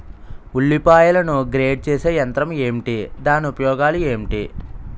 ఉల్లిపాయలను గ్రేడ్ చేసే యంత్రం ఏంటి? దాని ఉపయోగాలు ఏంటి?